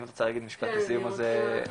אם את רוצה להגיד משפט לסיום אז בבקשה,